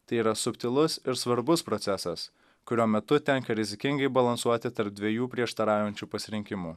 tai yra subtilus ir svarbus procesas kurio metu tenka rizikingai balansuoti tarp dviejų prieštaraujančių pasirinkimų